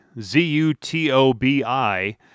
Z-U-T-O-B-I